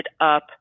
up